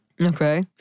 Okay